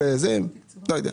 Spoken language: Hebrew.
אני לא יודע.